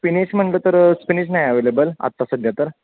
spinach म्हटलं तर spinach नाही अव्हेलेबल आत्ता सध्या तर